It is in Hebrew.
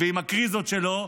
ועם הקריזות שלו,